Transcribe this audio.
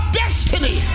destiny